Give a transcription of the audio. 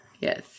Yes